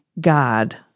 God